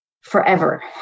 forever